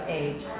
age